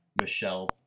Michelle